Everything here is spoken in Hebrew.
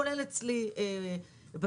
כולל אצלי בזרוע,